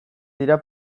dira